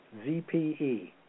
ZPE